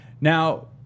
Now